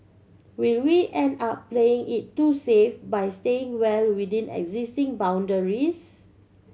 will we end up playing it too safe by staying well within existing boundaries